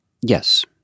Yes